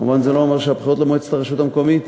כמובן, זה לא אומר שהבחירות למועצת הרשות המקומית